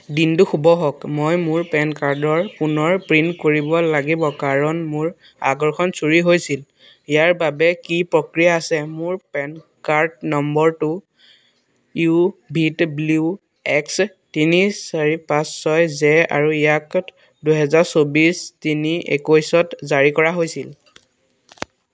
দিনটো শুভ হওক মই মোৰ পেন কাৰ্ডৰ পুনৰ প্ৰিণ্ট কৰিব লাগিব কাৰণ মোৰ আগৰখন চুৰি হৈছিল ইয়াৰ বাবে কি প্ৰক্ৰিয়া আছে মোৰ পেন কাৰ্ড নম্বৰটো ইউ ভি ডব্লিউ এক্স তিনি চাৰি পাঁচ ছয় জে আৰু ইয়াক দুহেজাৰ চৌবিছ তিনি একৈছত জাৰী কৰা হৈছিল